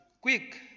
Quick